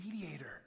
mediator